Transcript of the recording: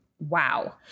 wow